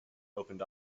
opened